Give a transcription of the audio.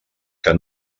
que